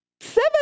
Seven